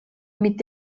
mit